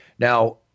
Now